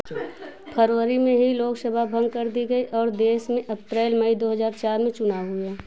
फरवरी में ही लोकसभा भंग कर दी गई और देस में अप्रैल मई दो हज़ार चार में चुनाव हुए